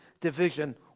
division